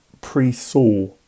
pre-Saw